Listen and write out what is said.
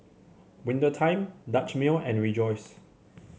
Winter Time Dutch Mill and Rejoice